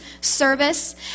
service